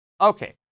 Okay